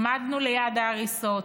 עמדנו ליד ההריסות,